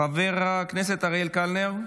חבר הכנסת אריאל קלנר,